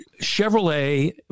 Chevrolet